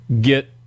get